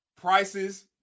prices